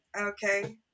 okay